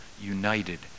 united